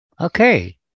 okay